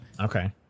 Okay